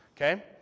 Okay